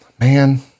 Man